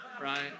right